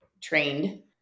trained